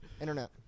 Internet